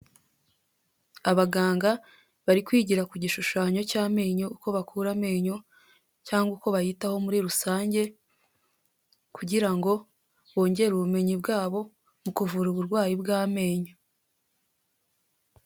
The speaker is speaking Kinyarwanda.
Abaganga bari kwigira ku gishushanyo cy'amenyo uko bakura amenyo cyangwa uko bayitaho muri rusange, kugira ngo bongere ubumenyi bwabo mu kuvura uburwayi bw'amenyo.